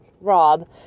Rob